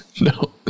no